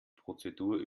prozedur